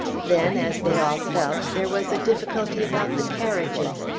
then, as they all felt, there was a difficulty about the carriages.